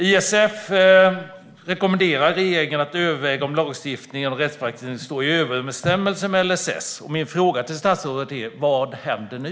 ISF rekommenderar regeringen att överväga om lagstiftningen retroaktivt står i överensstämmelse med LSS. Min fråga till statsrådet är: Vad händer nu?